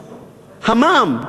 המע"מ,